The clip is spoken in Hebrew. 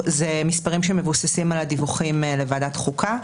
אלה מספרים שמבוססים על הדיווחים לוועדת חוקה.